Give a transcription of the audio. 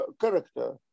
character